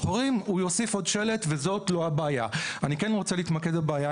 להזכיר שהחוק מתייחס לכל שקית נשיאה,